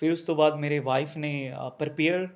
ਫਿਰ ਉਸ ਤੋਂ ਬਾਅਦ ਮੇਰੀ ਵਾਈਫ ਨੇ ਅ ਪਰੀਪੇਅਰ